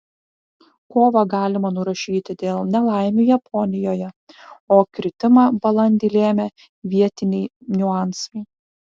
kovą galima nurašyti dėl nelaimių japonijoje o kritimą balandį lėmė vietiniai niuansai